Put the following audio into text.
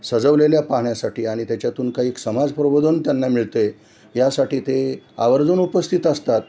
सजवलेल्या पाहण्यासाठी आणि त्याच्यातून काही एक समाज प्रबोधन त्यांना मिळते यासाठी ते आवर्जून उपस्थित असतात